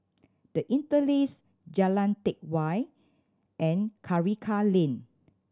The Interlace Jalan Teck Whye and Karikal Lane